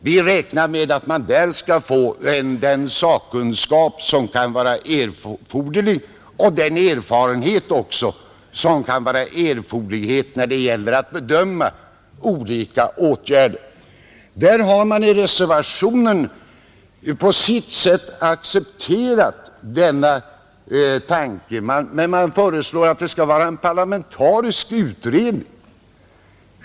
Vi räknar med att man således skall få tillgång till den sakkunskap och även den erfarenhet som kan behövas när det gäller att bedöma olika åtgärder, I reservationen har man på sitt sätt accepterat denna tanke, men man förslår att det skall vara en parlamentarisk utredning.